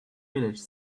village